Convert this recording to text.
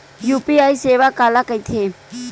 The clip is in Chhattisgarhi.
यू.पी.आई सेवा काला कइथे?